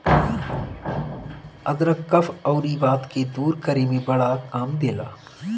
अदरक कफ़ अउरी वात के दूर करे में बड़ा काम देला